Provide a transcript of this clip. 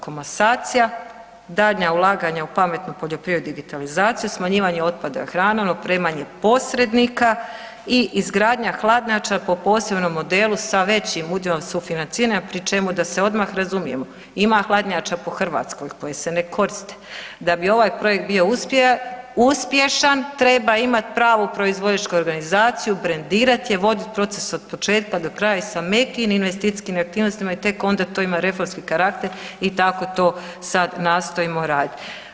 Komasacija, daljnja ulaganja u pametnu poljoprivrednu digitalizaciju, smanjivanje otpada hranom, opremanje posrednika i izgradnja hladnjača po posebnom modelu s većim udjelom sufinanciranja pri čemu da se odmah razumijemo, ima hladnjača po Hrvatskoj koje se ne koriste, da bi ovaj projekt bio uspješan, treba imat pravu proizvođačku organizaciju, brendirat je, vodit proces od početka do kraja i sa ... investicijskim aktivnostima, onda to ima reformski karakter i tako to sad nastojimo radit.